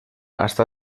hasta